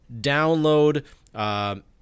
download